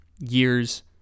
years